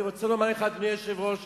אני רוצה לומר לך, אדוני היושב-ראש,